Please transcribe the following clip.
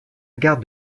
gare